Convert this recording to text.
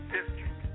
District